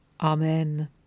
Amen